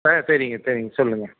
ஆ சரிங்க சரிங்க சொல்லுங்கள்